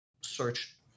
search